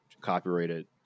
copyrighted